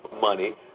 money